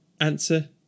Answer